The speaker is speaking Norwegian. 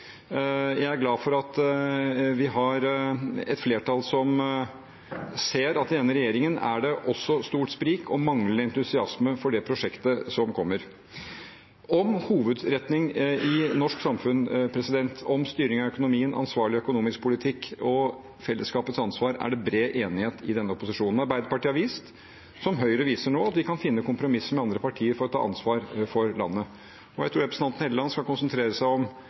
Jeg er glad for at vi har et flertall som ser at i denne regjeringen er det også stort sprik og manglende entusiasme for det prosjektet som kommer. Om hovedretning i det norske samfunn, om styring av økonomien, om ansvarlig økonomisk politikk og fellesskapets ansvar er det bred enighet i denne opposisjonen. Arbeiderpartiet har vist, som Høyre viser nå, at vi kan finne kompromisser med andre partier for å ta ansvar for landet. Jeg tror representanten Helleland skal konsentrere seg om